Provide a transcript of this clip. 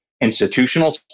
institutional